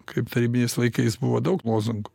kaip tarybiniais laikais buvo daug lozungų